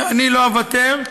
אני לא אוותר,